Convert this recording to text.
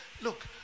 look